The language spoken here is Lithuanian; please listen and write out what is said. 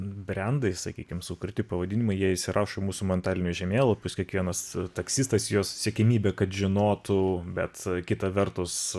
brendai sakykim sukurti pavadinimai jie įsirašo į mūsų mentalinius žemėlapius kiekvienas taksistas jo siekiamybė kad žinotų bet kita vertus